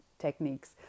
techniques